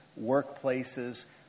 workplaces